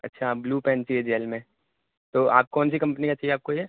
اچھا blue pen چاہیے gel میں تو آپ کون سی کمپنی کا چاہیے آپ کو یہ